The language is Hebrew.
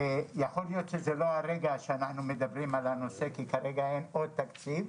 יכול להיות שזה לא הרגע שאנחנו מדברים על הנושא כי רגע אין עוד תקציב,